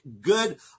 good